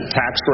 tax